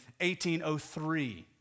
1803